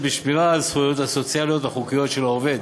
בשמירה על זכויותיו הסוציאליות החוקיות של העובד.